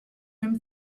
him